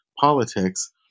politics